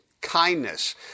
Kindness